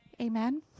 Amen